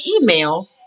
email